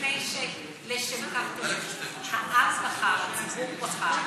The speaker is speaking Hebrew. מפני שלשם כך העם בחר, הציבור בחר.